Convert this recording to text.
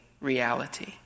reality